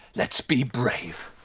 let's be brave.